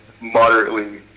moderately